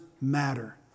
matter